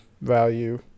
value